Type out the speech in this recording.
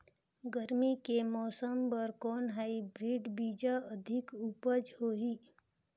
गरमी के मौसम बर कौन हाईब्रिड बीजा अधिक उपज होही?